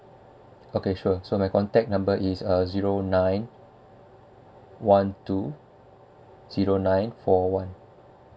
okay sure so my contact number is uh zero nine one two zero nine four one